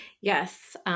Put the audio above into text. Yes